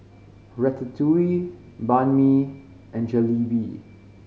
Ratatouille Banh Mi and Jalebi